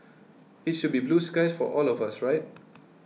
it should be blue skies for all of us right